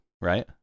right